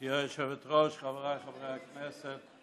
גברתי היושבת-ראש, חבריי חברי הכנסת,